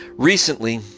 Recently